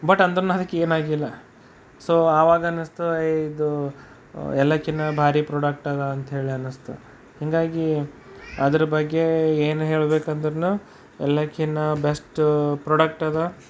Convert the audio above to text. but ಅಂದ್ರೂನು ಅದಕ್ಕೆ ಏನಾಗಿಲ್ಲ ಸೊ ಆವಾಗ ಅನ್ನಿಸ್ತು ಏ ಇದು ಎಲ್ಲದಕ್ಕಿಂತ ಭಾರಿ ಪ್ರಾಡಕ್ಟ್ ಅದ ಅಂಥೇಳಿ ಅನ್ನಿಸ್ತು ಹೀಗಾಗಿ ಅದ್ರ ಬಗ್ಗೆ ಏನು ಹೇಳ್ಬೇಕಂದ್ರೂ ಎಲ್ಲದ್ಕಿಂತ ಬೆಸ್ಟು ಪ್ರಾಡಕ್ಟ್ ಅದ